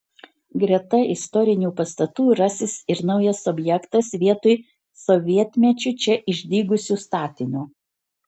greta istorinių pastatų rasis ir naujas objektas vietoj sovietmečiu čia išdygusio statinio